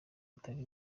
atari